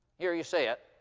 here you see it.